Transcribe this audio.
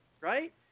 right